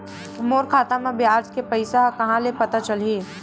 मोर खाता म ब्याज के पईसा ह कहां ले पता चलही?